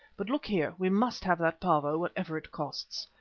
but, look here, we must have that pavo whatever it costs.